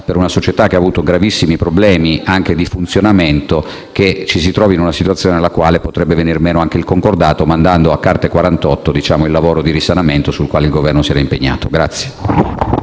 per una società che ha avuto gravissimi problemi anche di funzionamento, che ci si trovi in una situazione nella quale potrebbe venir meno anche il concordato, mandando a carte quarantotto il lavoro di risanamento su cui il Governo si era impegnato.